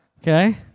Okay